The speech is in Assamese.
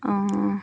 অঁ